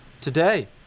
today